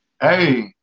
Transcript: hey